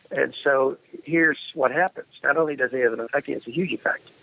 and so here's what happens. not only does he have an effect, he has a huge effect.